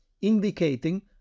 indicating